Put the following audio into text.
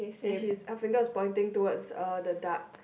and she is her fingers is pointing towards uh the duck